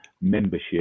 membership